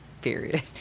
period